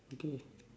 okay